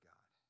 God